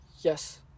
Yes